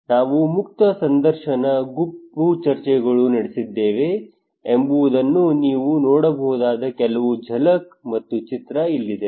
ನಾವು ಮುಕ್ತ ಸಂದರ್ಶನ ಗುಂಪು ಚರ್ಚೆಗಳನ್ನು ನಡೆಸಿದ್ದೇವೆ ಎಂಬುದನ್ನು ನೀವು ನೋಡಬಹುದಾದ ಕೆಲವು ಝಲಕ್ ಮತ್ತು ಚಿತ್ರ ಇಲ್ಲಿದೆ